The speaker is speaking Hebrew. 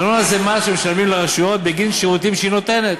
ארנונה זה משהו שמשלמים לרשות בגין שירותים שהיא נותנת,